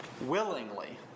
willingly